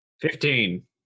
Fifteen